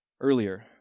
earlier